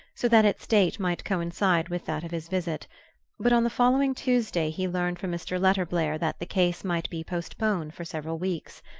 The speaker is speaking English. so that its date might coincide with that of his visit but on the following tuesday he learned from mr. letterblair that the case might be postponed for several weeks.